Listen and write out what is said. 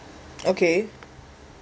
ok